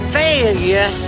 failure